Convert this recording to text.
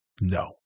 No